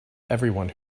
everyone